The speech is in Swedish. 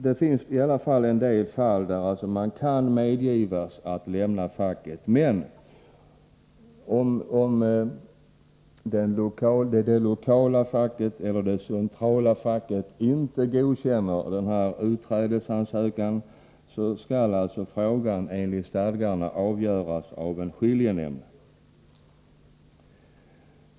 Det finns trots allt en del fall där det kan medges att man lämnar facket, men om det lokala eller centrala facket inte godkänner utträdesansökan skall frågan, enligt stadgarna, avgöras av en skiljenämnd.